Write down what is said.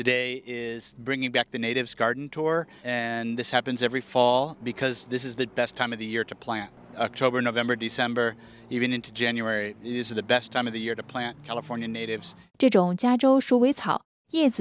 today is bringing back the natives garden tour and this happens every fall because this is the best time of the year to plant october november december even into january is the best time of the year to plant california native